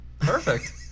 perfect